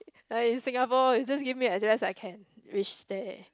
like in Singapore you just give me address and I can reach there